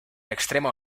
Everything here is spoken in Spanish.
extremo